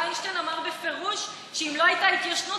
וינשטיין אמר בפירוש שאם לא הייתה התיישנות